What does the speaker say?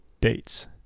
dates